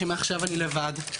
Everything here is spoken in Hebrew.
שמעכשיו אני לבד.